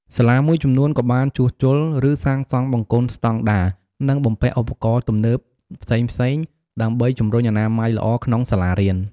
សាលាមួយចំនួនក៏បានជួសជុល ឬសាងសង់បង្គន់ស្តង់ដារ និងបំពាក់ឧបករណ៍ទំនើបផ្សេងៗ ដើម្បីជំរុញអនាម័យល្អក្នុងសាលារៀន។